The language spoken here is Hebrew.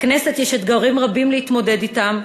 בכנסת יש אתגרים רבים להתמודד אתם,